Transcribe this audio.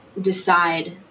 decide